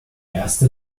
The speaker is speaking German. erste